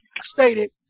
stated